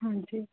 ਹਾਂਜੀ